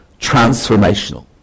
transformational